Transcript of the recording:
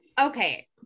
okay